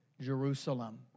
Jerusalem